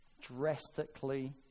drastically